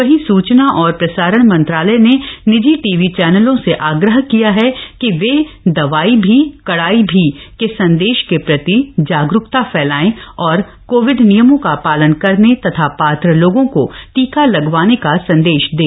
वहीं सूचना और प्रसारण मंत्रालय ने निजी टीवी चैनलों से आग्रह किया है कि वे दवाई भी कड़ाई भी के संदेश के प्रति जागरूकता फैलाएं और कोविड नियमों का पालन करने तथा पात्र लोगों को टीका लगवाने का संदेश दें